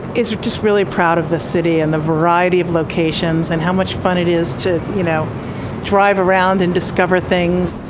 is just really proud of the city and the variety of locations and how much fun it is to you know drive around and discover things.